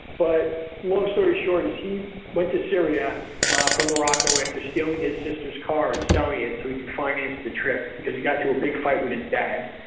but long story short he went to syria ah from morocco after stealing his sister's car and selling it so he could finance the trip because he got into a big fight with his dad.